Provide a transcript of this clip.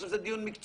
זה דיון מקצועי.